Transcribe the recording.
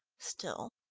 still,